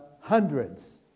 hundreds